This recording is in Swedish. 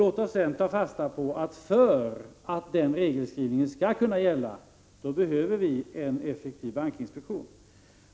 Låt oss sedan ta fasta på att det, för att den regelskrivningen skall kunna gälla, behövs en effektiv bankinspektion.